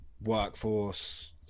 Workforce